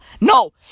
No